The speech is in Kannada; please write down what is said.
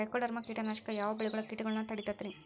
ಟ್ರೈಕೊಡರ್ಮ ಕೇಟನಾಶಕ ಯಾವ ಬೆಳಿಗೊಳ ಕೇಟಗೊಳ್ನ ತಡಿತೇತಿರಿ?